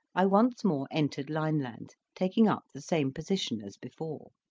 i once more entered lineland, taking up the same position as before.